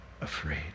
afraid